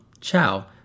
ciao